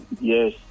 Yes